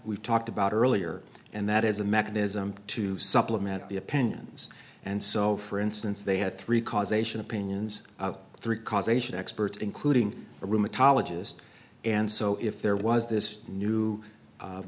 we've talked about earlier and that is a mechanism to supplement the opinions and so for instance they had three causation opinions of three causation experts including a rheumatologist and so if there was this new